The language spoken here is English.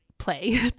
play